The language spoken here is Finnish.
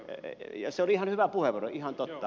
se oli ihan hyvä puheenvuoro ihan totta